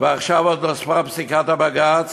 ועכשיו עוד נוספה פסיקת הבג"ץ?